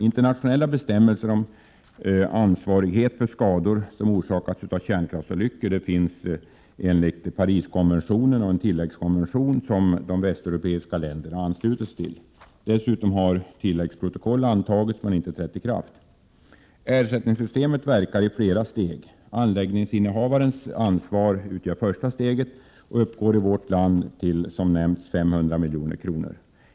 Internationella bestämmelser om ansvarighet för skador som orsakats av kärnkraftsolyckor finns enligt Pariskonventionen och en tilläggskonvention som de västeuropeiska länderna anslutit sig till. Dessutom har tilläggsprotokoll antagits men ej trätt i kraft. Ersättningssystemet verkar i flera steg. Anläggningsinnehavarens ansvar utgör första steget och uppgår i vårt land, som nämnts, till 500 milj.kr.